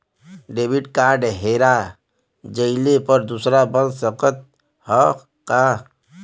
Debit card हेरा जइले पर दूसर बन सकत ह का?